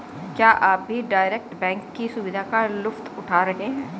क्या आप भी डायरेक्ट बैंक की सुविधा का लुफ्त उठा रहे हैं?